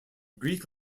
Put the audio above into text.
greek